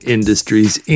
Industries